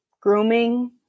grooming